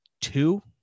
two